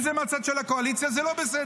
אם זה מהצד של הקואליציה זה לא בסדר.